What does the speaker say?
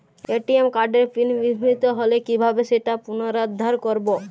ATM কার্ডের pin বিস্মৃত হলে কীভাবে সেটা পুনরূদ্ধার করব?